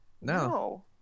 No